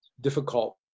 difficult